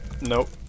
Nope